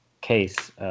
case –